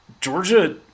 Georgia